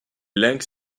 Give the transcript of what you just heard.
lynx